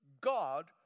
God